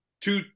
Two